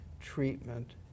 treatment